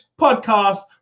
podcast